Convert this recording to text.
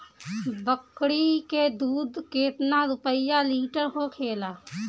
बकड़ी के दूध केतना रुपया लीटर होखेला?